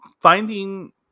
finding